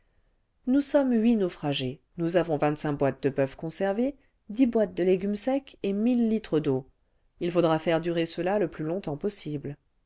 nous sommes huit naufragés nous avons vingt-cinq boîtes cle boeuf conservé dix boîtes de légumes secs et mille litres d'eau il faudra faire durer cela le plus longtemps possible